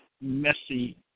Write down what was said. messy